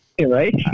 Right